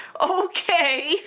Okay